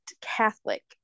Catholic